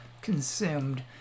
consumed